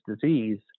disease